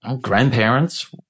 grandparents